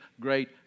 great